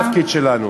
וזה התפקיד שלנו.